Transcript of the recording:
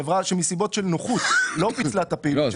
ואילו חברה שמסיבות של נוחות לא פיצלה את הפעילות שלה לא תהיה זכאית.